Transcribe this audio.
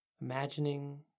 Imagining